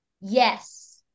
Yes